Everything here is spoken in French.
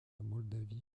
moldavie